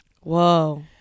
whoa